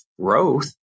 growth